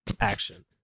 Action